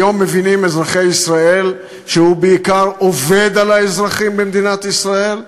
היום מבינים אזרחי ישראל שהוא בעיקר עובד על האזרחים במדינת ישראל.